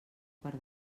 per